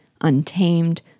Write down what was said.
untamed